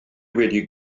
wedi